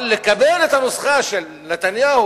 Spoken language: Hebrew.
אבל לקבל את הנוסחה של נתניהו,